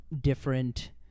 different